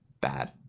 bad